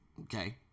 okay